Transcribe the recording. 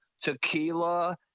Tequila